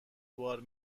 بار